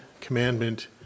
commandment